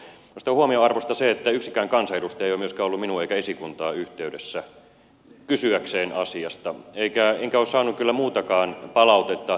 minusta on huomionarvoista se että yksikään kansanedustaja ei ole myöskään ollut minuun eikä esikuntaan yhteydessä kysyäkseen asiasta enkä ole saanut kyllä muutakaan palautetta